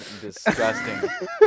disgusting